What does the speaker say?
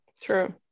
true